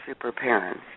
superparents